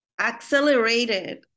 accelerated